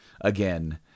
again